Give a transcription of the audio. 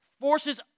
forces